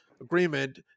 agreement